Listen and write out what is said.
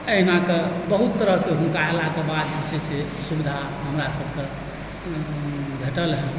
अहिना कऽ बहुत तरहके हुनका अयलाक बाद जे छै से सुविधा हमरा सबके भेटल हँ